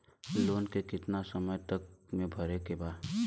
Loan के कितना समय तक मे भरे के बा?